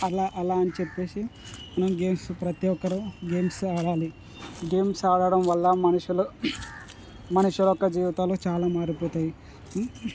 అలా అలా అని చెప్పేసి గేమ్స్ ప్రతి ఒక్కరు గేమ్స్ ఆడాలి గేమ్స్ ఆడటం వల్ల మనుషులు మనుషులు యొక్క జీవితాలు చాలా మారిపోతాయి